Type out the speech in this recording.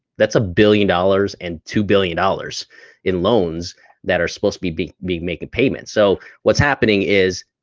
that's a billion dollars and two billion dollars in loans that are supposed to be be making making payments. so what's happening is,